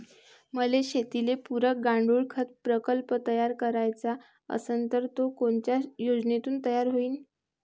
मले शेतीले पुरक गांडूळखत प्रकल्प तयार करायचा असन तर तो कोनच्या योजनेतून तयार होईन?